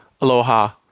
Aloha